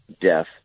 death